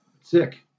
sick